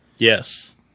Yes